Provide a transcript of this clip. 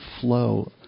flow